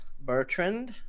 Bertrand